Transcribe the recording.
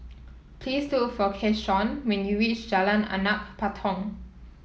please look for Keshaun when you reach Jalan Anak Patong